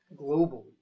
globally